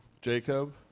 Jacob